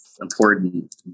important